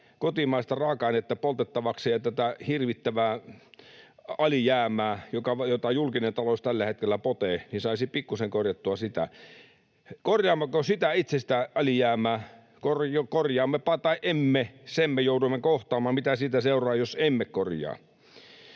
kotimaista raaka-ainetta poltettavakseen, ja tätä hirvittävää alijäämää, jota julkinen talous tällä hetkellä potee, saisi pikkusen korjattua. Korjaammeko itse sitä alijäämää? Korjaammepa tai emme, sen me joudumme kohtaamaan, mitä sitä seuraa, jos emme korjaa.